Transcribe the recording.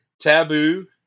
Taboo